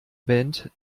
band